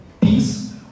peace